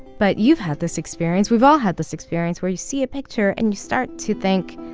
but you've had this experience. we've all had this experience where you see a picture and you start to think,